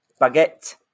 baguette